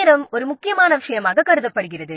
நேரம் ஒரு முக்கியமான விஷயமாகக் கருதப்படுகிறது